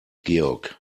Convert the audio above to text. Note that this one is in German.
georg